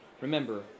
Remember